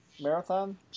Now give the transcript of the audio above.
marathon